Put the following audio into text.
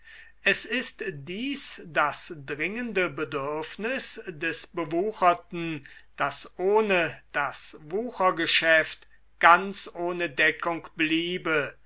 es ist dies das dringende bedürfnis des bewucherten das ohne das wuchergeschäft ganz ohne deckung bliebe